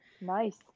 Nice